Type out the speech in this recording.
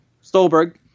Stolberg